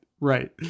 right